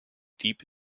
deep